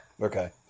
Okay